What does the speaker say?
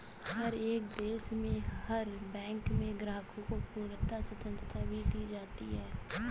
हर एक देश में हर बैंक में ग्राहकों को पूर्ण स्वतन्त्रता भी दी जाती है